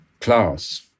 class